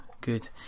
good